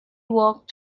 walked